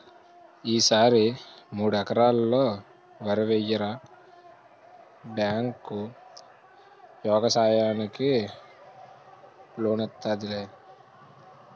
ఈ సారి మూడెకరల్లో వరెయ్యరా బేంకు యెగసాయానికి లోనిత్తాదిలే